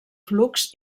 flux